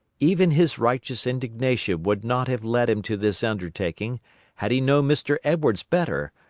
even his righteous indignation would not have led him to this undertaking had he known mr. edwards better,